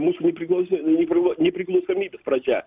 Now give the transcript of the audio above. mūsų nepriklausė nepriklo nepriklausomybės pradžia